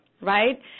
right